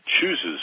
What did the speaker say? Chooses